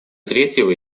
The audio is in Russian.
третьего